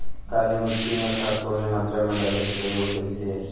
काली मिट्टी में खाद कवने मात्रा में डाले के चाही अउर कइसे?